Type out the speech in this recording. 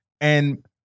And-